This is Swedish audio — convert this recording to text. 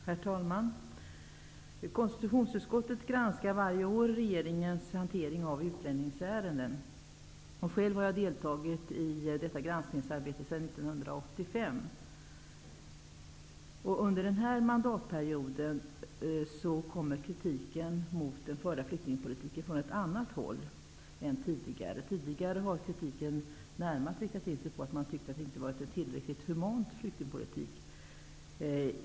Herr talman! Konstitutionsutskottet granskar varje år regeringens hantering av utlänningsärenden. Själv har jag deltagit i detta granskningsarbete sedan 1985. Under denna mandatperiod kommer kritiken mot den förda flyktingpolitiken från ett annat håll än tidigare. Tidigare var kritiken närmast inriktad på att det inte var en tillräckligt human flyktingpolitik.